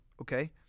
okay